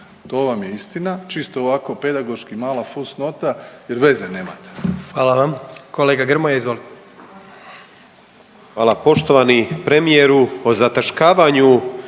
to vam je istina, čisto ovako pedagoški mala fus nota jer veze nemate.